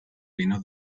vino